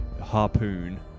harpoon